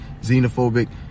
xenophobic